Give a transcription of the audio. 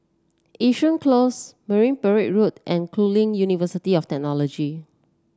Yishun Close Marine Parade Road and Curtin University of Technology